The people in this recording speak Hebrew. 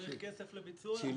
צריך כסף לביצוע.